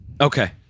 Okay